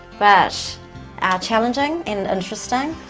but challenging and interesting.